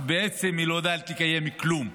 ובעצם היא לא יודעת לקיים כלום.